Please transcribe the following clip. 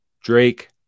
Drake